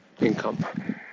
income